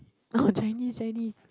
oh Chinese Chinese